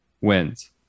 wins